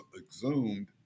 exhumed